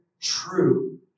true